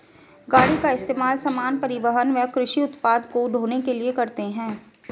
गाड़ी का इस्तेमाल सामान, परिवहन व कृषि उत्पाद को ढ़ोने के लिए करते है